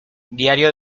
diario